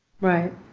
Right